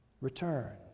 Return